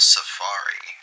Safari